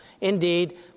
Indeed